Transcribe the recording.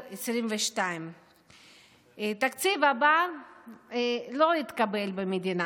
2022. התקציב הבא לא התקבל במדינה.